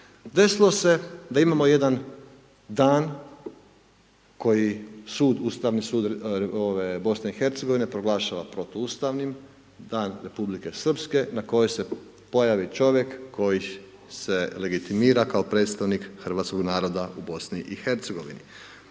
Desilo se da imamo jedan dan, koji sud, Ustavni sud BIH proglašava protuustavnim, dan Republike Srpske, na kojoj se pojavi čovjek, koji se legitimira kao predstavnik Hrvatskog naroda u BIH. Dakle, radi